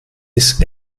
ist